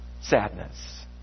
sadness